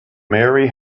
mary